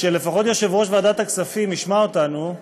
שלפחות יושב-ראש ועדת הכספים ישמע אותנו,